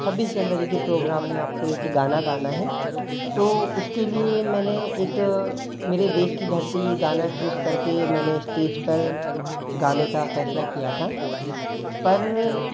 छब्बीस जनवरी के प्रोग्राम में आपको एक गाना गाना है तो उसके लिए मैंने एक मेरे देश की धरती गाना चूस करके मैंने स्टेज पर गाने का फैसला किया था पर